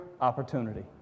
opportunity